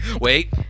Wait